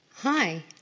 Hi